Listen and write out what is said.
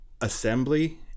assembly